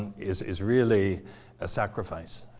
is is really a sacrifice.